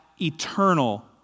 eternal